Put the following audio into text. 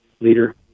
leader